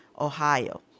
Ohio